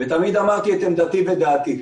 ותמיד אמרתי את עמדתי ודעתי,